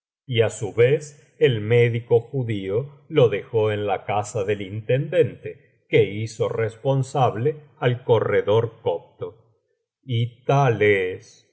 y á su vez el médico judío lo dejó en la casa del intendente que hizo responsable al corredor copto y tal